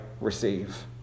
receive